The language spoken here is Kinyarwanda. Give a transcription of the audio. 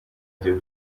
byo